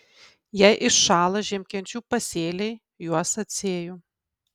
jei iššąla žiemkenčių pasėliai juos atsėju